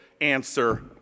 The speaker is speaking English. answer